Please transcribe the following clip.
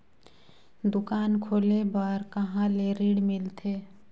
दुकान खोले बार कहा ले ऋण मिलथे?